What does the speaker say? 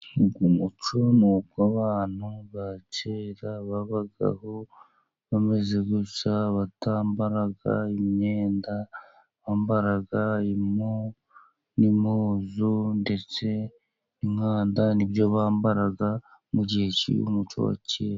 Uyu muco ni uw'abantu ba kera babagaho bameze gutya, batambara imyenda, bambara impu n'impuzu, ndetse inkanda nibyo bambaraga mu gihe cy'umuco wa kera.